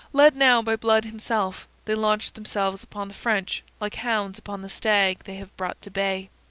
led now by blood himself, they launched themselves upon the french like hounds upon the stag they have brought to bay.